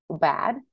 bad